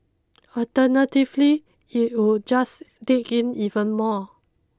alternatively it would just dig in even more